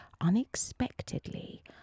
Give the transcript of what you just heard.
unexpectedly